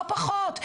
לא פחות,